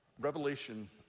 Revelation